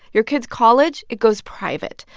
your kid's college it goes private,